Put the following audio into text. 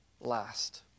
last